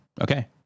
okay